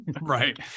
right